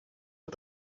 are